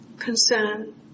concern